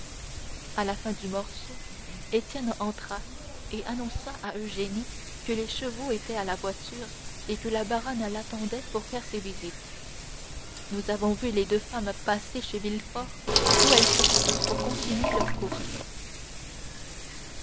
à la fin du morceau étienne entra et annonça à eugénie que les chevaux étaient à la voiture et que la baronne l'attendait pour faire ses visites nous avons vu les deux femmes passer chez villefort d'où elles sortirent pour continuer leurs courses